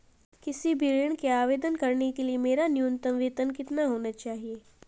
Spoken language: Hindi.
किसी भी ऋण के आवेदन करने के लिए मेरा न्यूनतम वेतन कितना होना चाहिए?